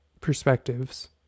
perspectives